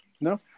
no